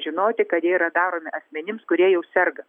žinoti kad jie yra daromi asmenims kurie jau serga